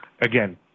again